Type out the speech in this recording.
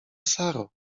saro